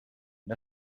une